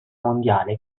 mondiale